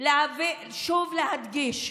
שוב להדגיש: